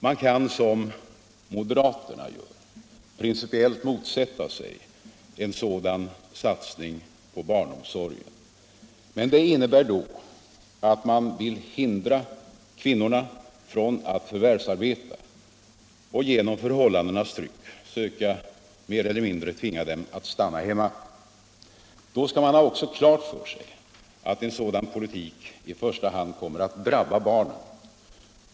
Man kan som moderaterna gör principiellt motsätta sig en satsning på barnomsorgen. Men det innebär då att man vill hindra kvinnorna från att förvärvsarbeta och genom förhållandenas tryck mer eller mindre tvinga dem att stanna hemma. Då skall man också ha klart för sig att en sådan politik i första hand kommer att drabba barnen.